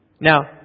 Now